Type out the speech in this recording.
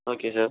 okay sir